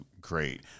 great